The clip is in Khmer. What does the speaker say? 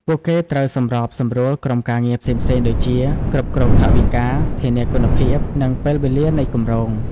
ពួកគេត្រូវសម្របសម្រួលក្រុមការងារផ្សេងៗដូចជា គ្រប់គ្រងថវិកា ធានាគុណភាព និងពេលវេលានៃគម្រោង។